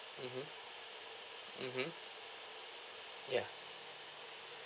mmhmm mmhmm yeah